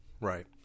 Right